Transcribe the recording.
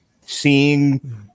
seeing